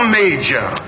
major